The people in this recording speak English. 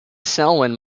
selwyn